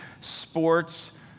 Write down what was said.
sports